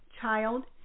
Child